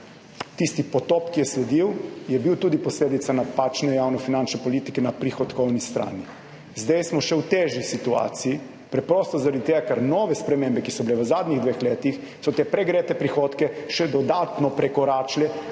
Tisti potop, ki je sledil, je bil tudi posledica napačne javnofinančne politike na prihodkovni strani Zdaj smo še v težji situaciji, preprosto zaradi tega, ker nove spremembe, ki so bile v zadnjih dveh letih, so te pregrete prihodke še dodatno prekoračile